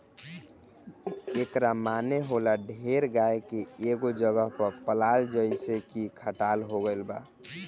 एकरा माने होला ढेर गाय के एगो जगह पर पलाल जइसे की खटाल हो गइल